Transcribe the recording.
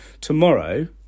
tomorrow